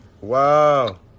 Wow